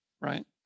right